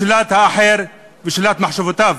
לשלילת האחר ושלילת מחשבותיו.